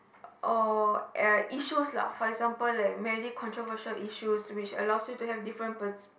or uh issues lah for example like many controversial issues which allows you to have different pers~